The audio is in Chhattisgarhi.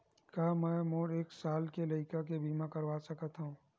का मै मोर एक साल के लइका के बीमा करवा सकत हव?